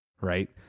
right